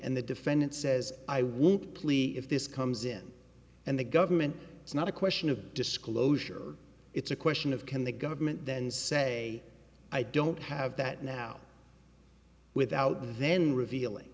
and the defendant says i won't plea if this comes in and the government it's not a question of disclosure it's a question of can the government then say i don't have that now without then revealing